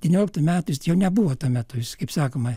devynioliktų metų jis jau nebuvo tuo metu jis kaip sakoma